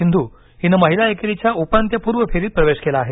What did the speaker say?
सिंधू हिनं महिला एकेरीच्या उपांत्यपूर्व फेरीत प्रवेश केला आहे